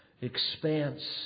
expanse